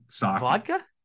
vodka